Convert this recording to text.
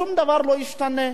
שום דבר לא ישתנה.